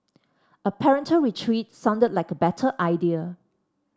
a parental retreat sounded like a better idea